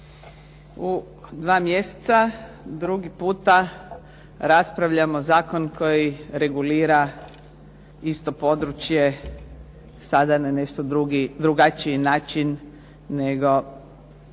U dva mjeseca drugi puta raspravljamo zakon koji regulira isto područje sada na nešto drugačiji način nego